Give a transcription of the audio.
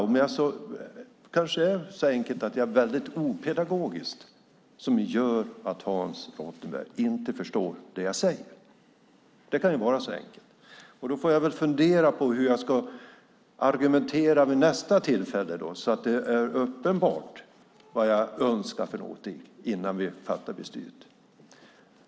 Det kanske är så enkelt att jag är väldigt opedagogisk. Det är kanske det som gör att Hans Rothenberg inte förstår det jag säger. Det kan vara så enkelt. Då får jag väl fundera på hur jag ska argumentera vid nästa tillfälle så att det är uppenbart vad jag önskar för någonting innan vi fattar beslut.